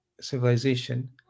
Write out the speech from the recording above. civilization